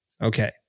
Okay